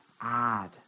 add